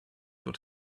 what